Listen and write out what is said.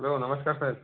hello नमस्कार साहेब